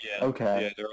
okay